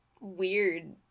weird